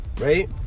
right